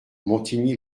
montigny